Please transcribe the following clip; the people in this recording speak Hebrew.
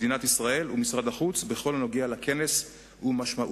מדינת ישראל ומשרד החוץ בכל הנוגע לכנס ומשמעויותיו.